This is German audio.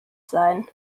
sein